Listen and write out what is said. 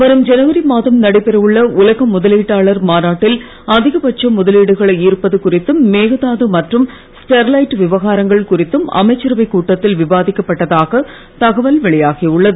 வரும் ஜனவரி மாதம் நடைபெற உள்ள உலக முதலீட்டாளர் மாநாட்டில் அதிகபட்ச முதலீடுகளை ஈர்ப்பது குறித்தும் மேகதாது மற்றும் ஸ்டெர்லைட் விவகாரங்கள் குறித்தும் அமைச்சரவை கூட்டத்தில் விவாதிக்கப்பட்டதாக தகவல் வெளியாகி உள்ளது